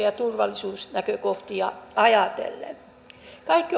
ja turvallisuusnäkökohtia ajatellen kaikki